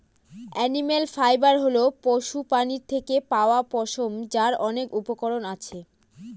animal fibre হল পশুপ্রাণীর থেকে পাওয়া পশম, যার অনেক উপকরণ আছে